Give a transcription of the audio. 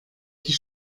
die